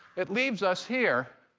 it leaves us here.